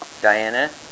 Diana